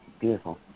beautiful